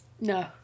No